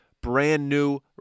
brand-new